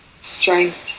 Strength